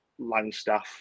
Langstaff